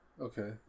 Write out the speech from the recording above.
okay